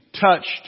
touched